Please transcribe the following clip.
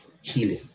healing